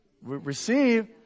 Receive